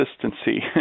consistency